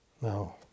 No